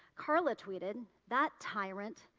carla tweeted, that tyrant,